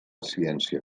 ciència